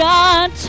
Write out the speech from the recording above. God